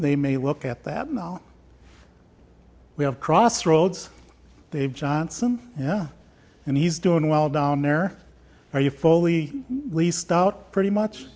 they may look at that now we have crossroads they have johnson yeah and he's doing well down there are you fully leased out pretty much